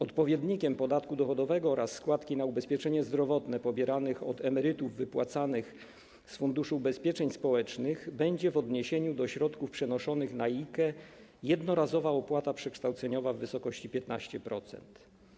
Odpowiednikiem podatku dochodowego oraz składki na ubezpieczenie zdrowotne pobieranych od emerytów, wypłacanych z Funduszu Ubezpieczeń Społecznych, będzie w odniesieniu do środków przenoszonych na IKE jednorazowa opłata przekształceniowa w wysokości 15%.